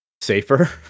safer